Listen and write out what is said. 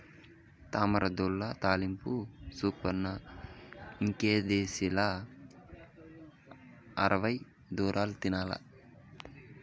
తామరతూడ్ల తాలింపు సూపరన్న ఇంకేసిదిలా అరవై దూరం తినాల్ల